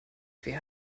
wer